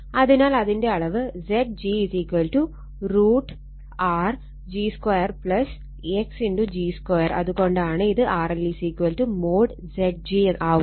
അതിനാൽ അതിൻറെ അളവ് Zg √R g2 X g 2 അത് കൊണ്ടാണ് RL |Zg| ആവുന്നത്